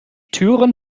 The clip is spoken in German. türen